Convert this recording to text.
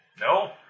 No